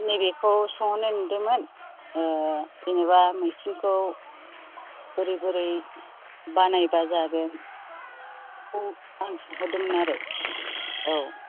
नैबेखौ सोंहरनो नंदोंमोन जेनेबा मैखुनखौ बोरै बोरै बानायोबा जागोन बेखौ आं सोंहरदोंमोन आरो औ